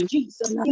Jesus